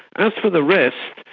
as for the rest,